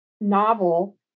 novel